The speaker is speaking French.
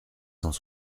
cent